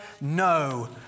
no